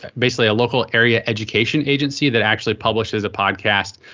basically a local area education agency that actually publishes a podcast.